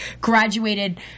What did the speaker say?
graduated